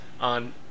on